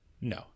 No